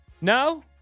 no